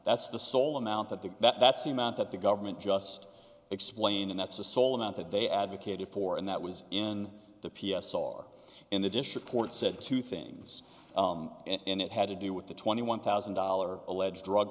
that's the sole amount that the that's the amount that the government just explain and that's the sole amount that they advocated for and that was in the p s r in the district court said two things and it had to do with the twenty one thousand dollars alleged drug